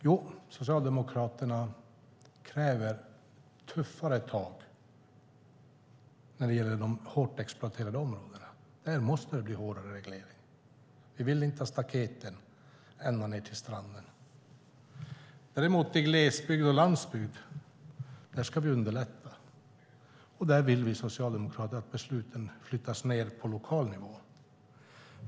Jo, Socialdemokraterna kräver tuffare tag när det gäller de hårt exploaterade områdena. Det måste bli en hårdare reglering. Vi vill inte ha staketen ända ned till stranden. Däremot ska vi underlätta i glesbygd och landsbygd. Där vill vi socialdemokrater att besluten flyttas ned till lokal nivå.